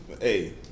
Hey